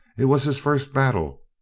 it was his first battle,